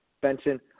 Benson